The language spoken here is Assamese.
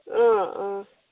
অঁ অঁ